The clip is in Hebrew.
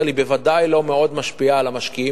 בוודאי לא מאוד משפיעה על המשקיעים,